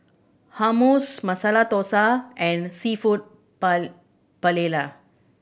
Hummus Masala Dosa and Seafood Paella